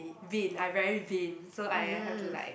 vain I very vainn so I have to like